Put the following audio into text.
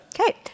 Okay